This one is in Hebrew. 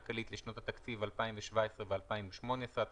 הכלכלית לשנות התקציב 2017 ו-2018) 13א. בחוק התוכנית הכלכלית